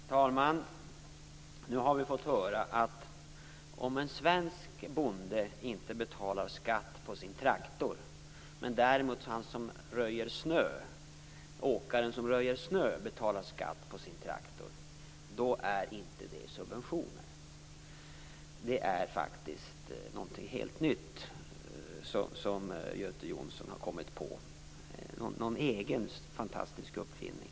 Fru talman! Vi har nu fått höra att om en svensk bonde inte behöver betala skatt på sin traktor medan däremot en åkare som röjer snö måste betala skatt på sin traktor, är det inte fråga om en subvention. Det är faktiskt något helt nytt som Göte Jonsson har kommit på - en egen fantastisk uppfinning.